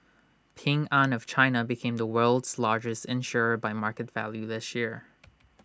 Ping an of China became the world's largest insurer by market value this year